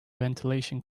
ventilation